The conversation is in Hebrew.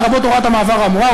לרבות הוראת המעבר האמורה,